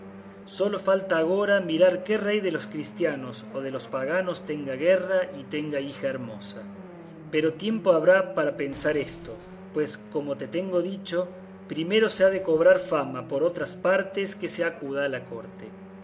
sólo falta agora mirar qué rey de los cristianos o de los paganos tenga guerra y tenga hija hermosa pero tiempo habrá para pensar esto pues como te tengo dicho primero se ha de cobrar fama por otras partes que se acuda a la corte